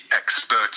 expert